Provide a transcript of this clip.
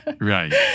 Right